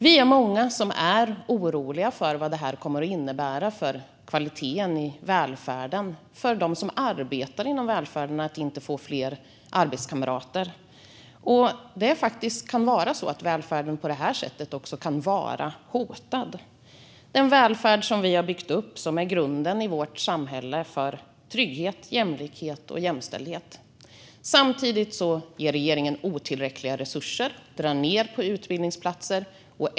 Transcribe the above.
Vi är många som är oroliga för vad detta kommer att innebära för kvaliteten i välfärden och vad det kommer att innebära för dem som arbetar i välfärden att inte få fler arbetskamrater. Det kan faktiskt vara så att välfärden är hotad - den välfärd vi har byggt upp, som är grunden i vårt samhälle och som ger trygghet, jämlikhet och jämställdhet. Samtidigt ger regeringen otillräckliga resurser och drar ned på utbildningsplatser.